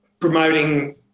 promoting